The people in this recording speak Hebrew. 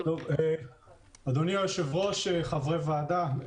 אדוני היושב-ראש וחברי הוועדה,